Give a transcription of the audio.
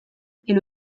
est